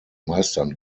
meistern